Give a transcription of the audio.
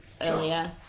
earlier